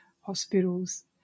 hospitals